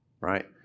right